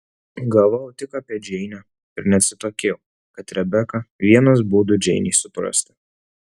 galvojau tik apie džeinę ir neatsitokėjau kad rebeka vienas būdų džeinei suprasti